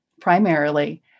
primarily